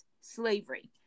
slavery